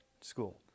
school